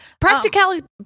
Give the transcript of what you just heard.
Practicality